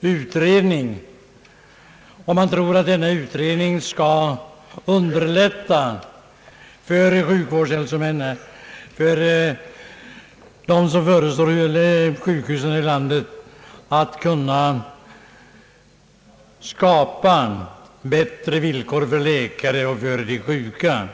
utredning, som de tror skall underlätta för dem som förestår landets sjukhus att skapa bättre villkor för läkarna och för de sjuka.